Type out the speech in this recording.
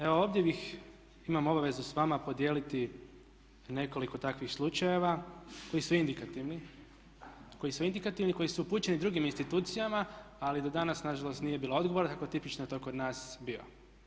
Evo ovdje bih, imam obavezu sa vama podijeliti nekoliko takvih slučajeva koji su indikativni, koji su indikativni, koji su upućeni drugim institucijama ali do danas nažalost nije bilo odgovara kako tipično to kod nas biva.